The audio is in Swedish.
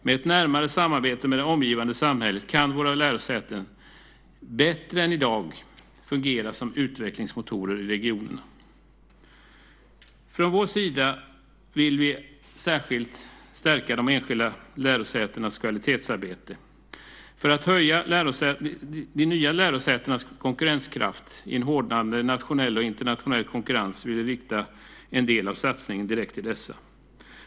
Med ett närmare samarbete med det omgivande samhället kan våra lärosäten bättre än i dag fungera som utvecklingsmotorer i regionerna. Vi vill särskilt stärka de enskilda lärosätenas kvalitetsarbete. För att höja de nya lärosätenas konkurrenskraft i en hårdnande nationell och internationell konkurrens vill vi rikta en del av satsningen direkt till dessa.